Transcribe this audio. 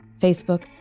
Facebook